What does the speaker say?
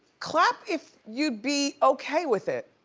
clap if you'd be okay with it.